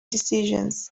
decisions